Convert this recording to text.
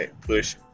push